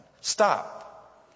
Stop